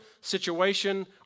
situation